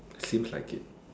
seems like it